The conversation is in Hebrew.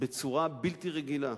בצורה בלתי רגילה.